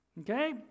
okay